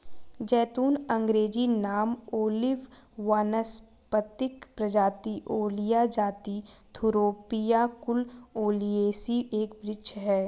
ज़ैतून अँग्रेजी नाम ओलिव वानस्पतिक प्रजाति ओलिया जाति थूरोपिया कुल ओलियेसी एक वृक्ष है